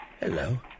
Hello